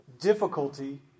difficulty